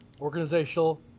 organizational